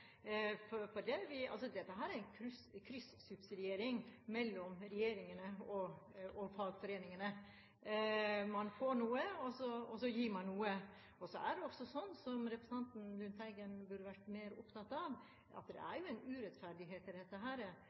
Dette er en kryssubsidiering mellom regjeringen og fagforeningene. Man får noe, og så gir man noe. Og så er det jo også slik, som representanten Lundteigen burde ha vært mer opptatt av, at det er en urettferdighet i dette.